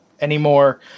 anymore